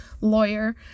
lawyer